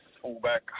fullback